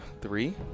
three